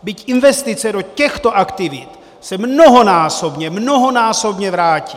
Byť investice do těchto aktivit se mnohonásobně, mnohonásobně vrátí!